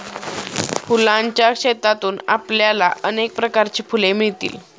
फुलांच्या शेतातून आपल्याला अनेक प्रकारची फुले मिळतील